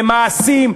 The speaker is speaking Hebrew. במעשים,